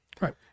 right